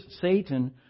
Satan